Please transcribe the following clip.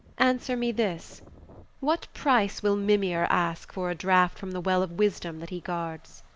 answer me this what price will mimir ask for a draught from the well of wisdom that he guards?